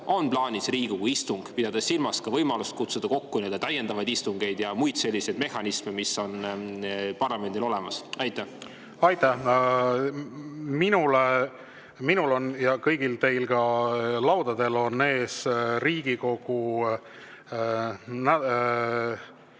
on plaanis Riigikogu istung, pidades silmas ka võimalust kutsuda kokku täiendavaid istungeid ja muid selliseid mehhanisme, mis on parlamendil olemas? Aitäh! Minul ja kõigil teil on laudadel Riigikogu